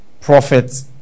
prophet